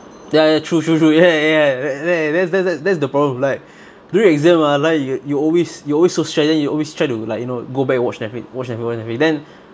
ya ya true true true ya ya ya eh th~ th~ that that that that's the problem like during exam ah like you always you always so stress then you always try to like you know go back watch netflix watch netflix watch netflix then